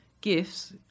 gifts